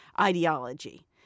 ideology